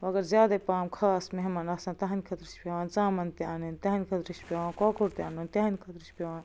وۄنۍ اگر زیادے پہم خاص مہمان آسن تٕہنٛدِ خٲطرٕ چھِ پیٚوان ژامن تہِ انٕنۍ تٕہنٛدِ خٲطرٕ چھِ پیٚوان کۄکُر تہِ انُن تٕہنٛدِ خٲطرٕ چھِ پیٚوان